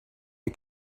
you